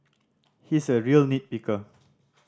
he is a real nit picker